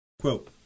Quote